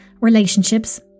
relationships